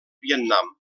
vietnam